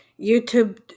YouTube